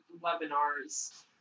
webinars